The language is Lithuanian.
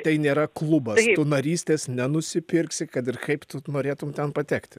tai nėra klubas tu narystės nenusipirksi kad ir kaip tu norėtum ten patekti